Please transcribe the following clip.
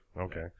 Okay